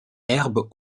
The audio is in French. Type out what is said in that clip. herbe